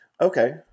Okay